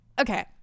okay